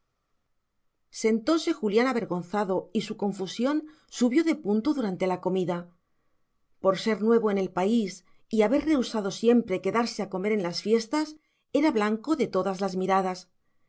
ulloa sentóse julián avergonzado y su confusión subió de punto durante la comida por ser nuevo en el país y haber rehusado siempre quedarse a comer en las fiestas era blanco de todas las miradas